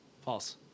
False